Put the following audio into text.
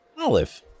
Olive